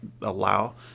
allow